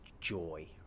joy